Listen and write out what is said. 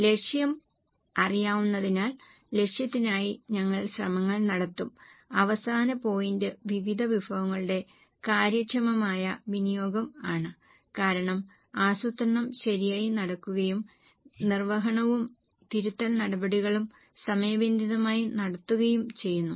ലക്ഷ്യം അറിയാവുന്നതിനാൽ ലക്ഷ്യത്തിനായി ഞങ്ങൾ ശ്രമങ്ങൾ നടത്തും അവസാന പോയിന്റ് വിവിധ വിഭവങ്ങളുടെ കാര്യക്ഷമമായ വിനിയോഗം ആണ് കാരണം ആസൂത്രണം ശരിയായി നടക്കുകയും നിർവ്വഹണവും തിരുത്തൽ നടപടികളും സമയബന്ധിതമായി നടത്തുകയും ചെയ്യുന്നു